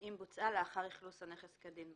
"אם בוצעה לאחר אכלוס הנכס כדין".